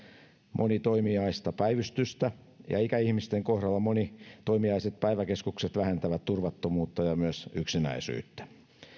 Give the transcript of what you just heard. monitoimijaista päivystystä ikäihmisten kohdalla monitoimijaiset päiväkeskukset vähentävät turvattomuutta ja myös yksinäisyyttä